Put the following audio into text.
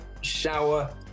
shower